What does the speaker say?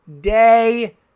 day